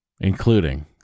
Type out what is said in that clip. including